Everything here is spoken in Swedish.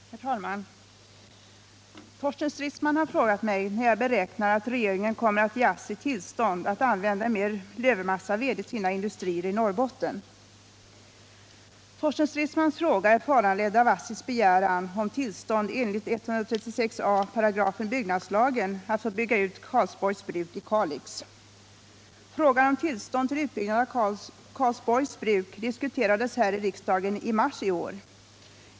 Herr talman! Torsten Stridsman har frågat mig när jag beräknar att regeringen kommer att ge ASSI tillstånd att använda mer lövmassaved i sina industrier i Norrbotten. Torsten Stridsmans fråga är föranledd av ASSI:s begäran om tillstånd enligt 136 a § byggnadslagen att få bygga ut Karlsborgs bruk i Kalix kommun. Frågan om tillstånd till utbyggnad av Karlsborgs bruk diskuterades här i riksdagen i mars i år.